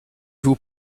vous